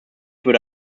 würde